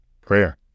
Prayer